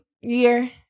Year